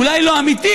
אולי לא אמיתית,